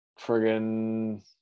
Friggin